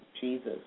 Jesus